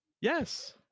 Yes